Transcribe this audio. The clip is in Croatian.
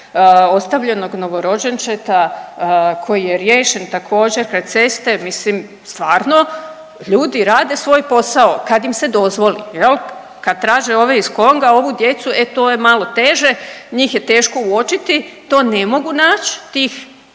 ostavljenog novorođenčeta koji je riješen također kraj ceste. Mislim stvarno ljudi rade svoj posao kad im se dozvoli. E kad traže ove iz Konga ovu djecu e to je malo teže, njih je teško uočiti, to ne mogu naći tih